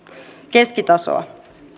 keskitasoa